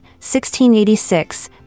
1686